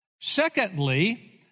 Secondly